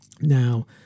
Now